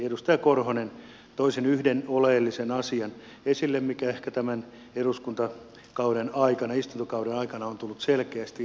edustaja korhonen toi esille sen yhden oleellisen asian mikä ehkä tämän eduskuntakauden aikana istuntokauden aikana on tullut selkeästi esille